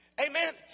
Amen